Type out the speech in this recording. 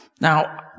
Now